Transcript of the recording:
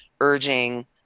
urging